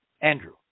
Andrew